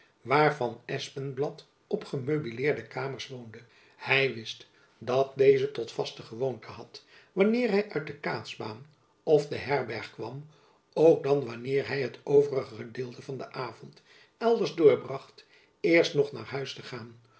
waar van espenblad op gemeubileerde kamers woonde hy wist dat deze tot vaste gewoonte had wanneer hy uit de kaatsbaan of de herberg kwam ook dan wanneer hy het overige gedeelte van den avond elders doorbracht eerst nog naar huis te gaan